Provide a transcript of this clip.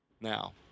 Now